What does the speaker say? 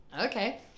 okay